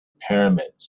pyramids